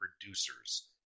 producers